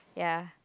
ya